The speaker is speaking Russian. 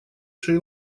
шри